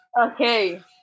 Okay